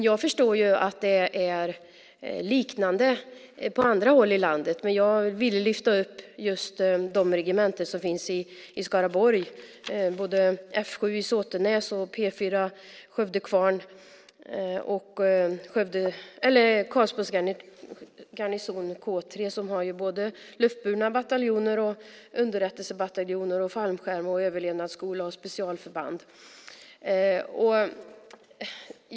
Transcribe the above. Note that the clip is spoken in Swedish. Jag förstår att det är på liknande sätt på andra håll i landet, men jag vill här lyfta fram de regementen som finns i Skaraborg - F 7 i Såtenäs, P 4 i Skövde och Kvarn och Karlsborgs garnison, K 3, med både luftburna bataljoner och underrättelsebataljoner samt med fallskärms och överlevnadsskola och specialförband.